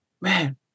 man